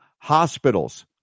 Hospitals